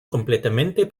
completamente